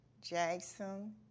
Jackson